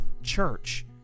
church